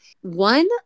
one